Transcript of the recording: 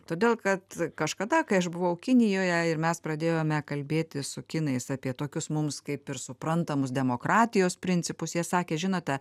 todėl kad kažkada kai aš buvau kinijoje ir mes pradėjome kalbėtis su kinais apie tokius mums kaip ir suprantamus demokratijos principus jie sakė žinote